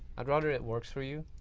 i'd rather it works for you.